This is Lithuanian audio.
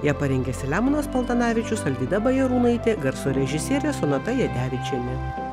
ją parengė selemonas paltanavičius alvyda bajarūnaitė garso režisierė sonata jadevičienė